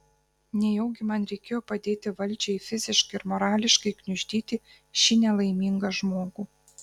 nejaugi man reikėjo padėti valdžiai fiziškai ir morališkai gniuždyti šį nelaimingą žmogų